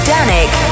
Danik